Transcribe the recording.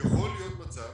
יכול להיות מצב